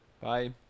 Bye